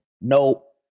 Nope